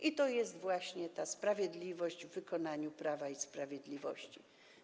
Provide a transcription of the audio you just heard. I to jest właśnie ta sprawiedliwość w wykonaniu Prawa i Sprawiedliwości.